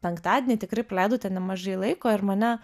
penktadienį tikrai praleidau ten nemažai laiko ir mane